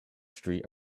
street